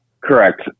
Correct